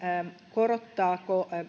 korottaako